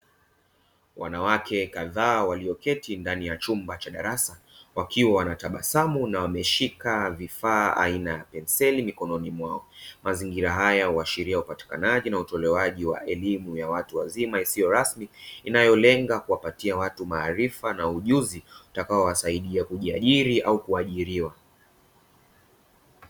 Wanawake kadhaa walioketi ndani ya chumba cha darasa wakiwa wanatabasamu na wameshika vifaa aina ya penseli mikononi mwao, mazingira haya huashiria upatikanaji na utolewaji wa elimu ya watu wazima isiyo rasmi, inayolenga kuwapatia watu maarifa na ujuzi utakayowasaidia kujiajiri au kwaajiriwa.